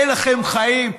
אין לכם חיים.